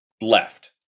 left